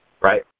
right